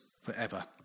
forever